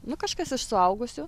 nu kažkas iš suaugusių